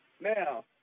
Now